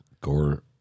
Gore